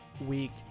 week